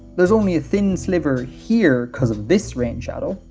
there's only a thin sliver here because of this rainshadow.